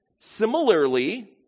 Similarly